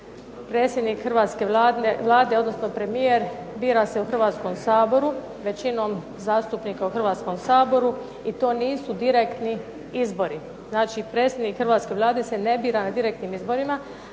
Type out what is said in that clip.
predsjednik hrvatske Vlade odnosno premijer bira se u Hrvatskom saboru, većinom zastupnika u Hrvatskom saboru i to nisu direktni izbori. Znači, predsjednik hrvatske Vlade se ne bira na direktnim izborima.